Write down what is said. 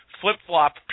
flip-flop